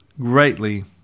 greatly